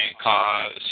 cause